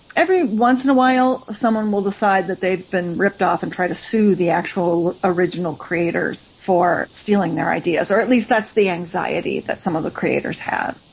every once in a while someone will decide that they've been ripped off and try to sue the actual original creators for stealing their ideas, or at least that the anxiety that some of the creators have.